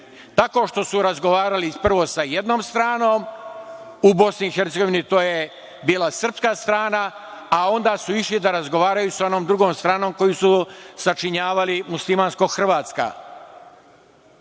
tako što su razgovarali prvo sa jednom stranom, u BiH to je bila srpska strana, a onda su išli da razgovaraju sa onom drugom stranom koju su sačinjavali muslimansko-hrvatski